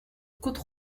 côte